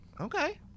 okay